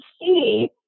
see